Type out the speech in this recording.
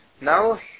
Now